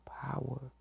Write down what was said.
power